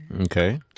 Okay